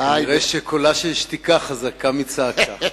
כנראה קולה של שתיקה חזק מצעקה.